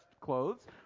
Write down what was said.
clothes